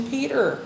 Peter